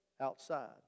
outside